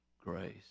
grace